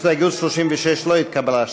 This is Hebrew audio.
הסתייגות 36 לא התקבלה.